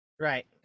right